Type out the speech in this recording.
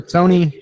Tony